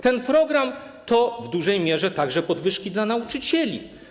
Ten program to w dużej mierze także podwyżki dla nauczycieli.